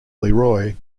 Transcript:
leroy